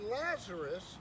Lazarus